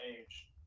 age